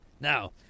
Now